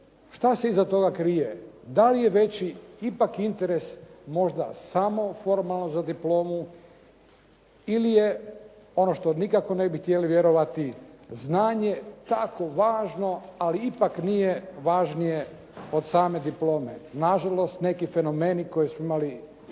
šta se iza toga krije, da li je veći ipak interes možda samo formalno za diplomu ili je ono što nikako ne bi htjeli vjerovati znanje tako važno ali ipak nije važnije od same diplome. Nažalost, neki fenomeni koje samo imali